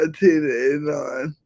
1989